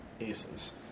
Aces